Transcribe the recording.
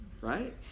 right